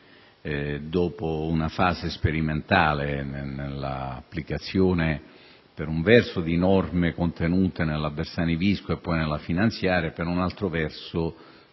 dopo una fase sperimentale di applicazione, per un verso di norme contenute nel decreto Bersani-Visco e nella finanziaria e, per un altro verso